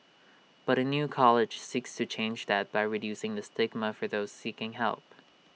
but A new college seeks to change that by reducing the stigma for those seeking help